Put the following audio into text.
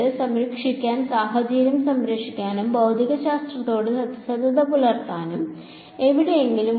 സംരക്ഷിക്കാൻ സാഹചര്യം സംരക്ഷിക്കാനും ഭൌതികശാസ്ത്രത്തോട് സത്യസന്ധത പുലർത്താനും എവിടെയെങ്കിലും ഉണ്ടോ